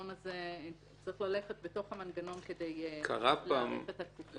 צריך ללכת בתוך המנגנון כדי להאריך את התקופות.